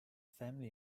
family